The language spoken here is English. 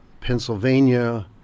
Pennsylvania